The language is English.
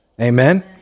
Amen